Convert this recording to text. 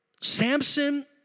Samson